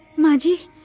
my desires